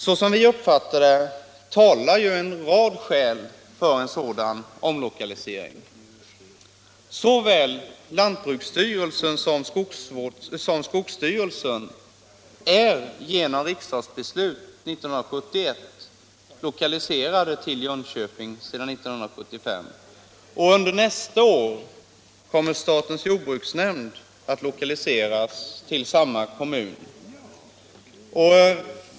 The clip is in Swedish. Såsom vi uppfattar det talar en rad skäl för en sådan omlokalisering. Såväl lantbruksstyrelsen som skogsstyrelsen är genom riksdagsbeslut 1971 lokaliserade till Jönköping sedan 1975. Under nästa år kommer statens jordbruksnämnd att lokaliseras till samma kommun.